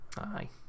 Aye